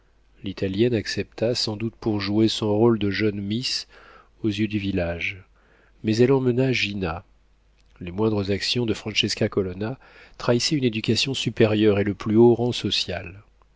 l'italienne accepta sans doute pour jouer son rôle de jeune miss aux yeux du village mais elle emmena gina les moindres actions de francesca colonna trahissaient une éducation supérieure et le plus haut rang social